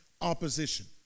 opposition